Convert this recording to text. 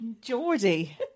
Geordie